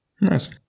Nice